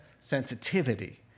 sensitivity